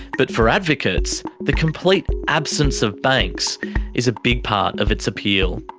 but for advocates, the complete absence of banks is a big part of its appeal.